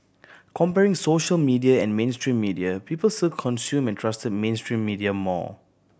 comparing social media and mainstream media people still consumed and trusted mainstream media more